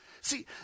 See